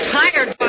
tired